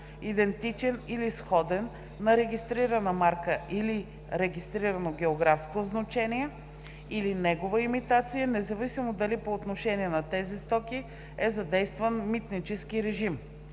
идентичен или сходен на регистрирана марка или регистрирано географско означение, или негова имитация, независимо дали по отношение на тези стоки е задействан митнически режим.